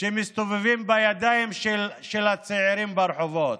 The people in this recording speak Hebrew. שמסתובבים בידיים של הצעירים ברחובות.